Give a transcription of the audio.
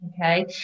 okay